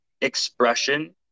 expression